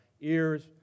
ears